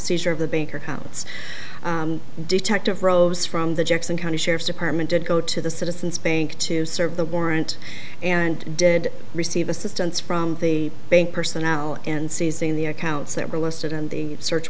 accounts detective rose from the jackson county sheriff's department did go to the citizens bank to serve the warrant and did receive assistance from the bank personnel and seizing the accounts that were listed in the search